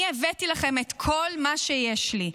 אני הבאתי לכם את כל מה שיש לי.